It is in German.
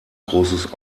großes